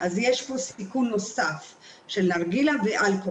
אז תודה למי שטורח בוקר אחרי בוקר להצטרף אלינו.